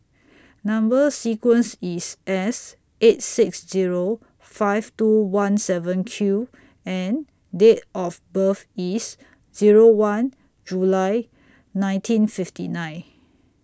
Number sequence IS S eight six Zero five two one seven Q and Date of birth IS Zero one July nineteen fifty nine